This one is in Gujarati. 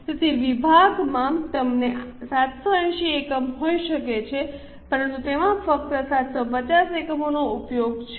તેથી વિભાગમાં તમને 780 એકમ હોઈ શકે છે પરંતુ તેમાં ફક્ત 750 એકમોનો ઉપયોગ છે